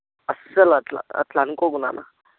అసలు అట్లా అట్లా అనుకోకు నాన్న